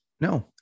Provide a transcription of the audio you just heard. No